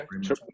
sure